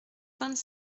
vingt